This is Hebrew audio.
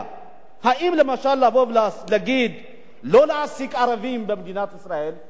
לומר לא להעסיק ערבים במדינת ישראל זה גזעני או לא גזעני?